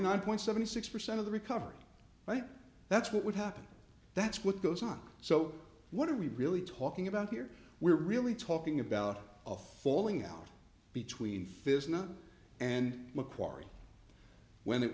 nine point seven six percent of the recovery right that's what would happen that's what goes on so what are we really talking about here we're really talking about a falling out between physics and mcquarrie when it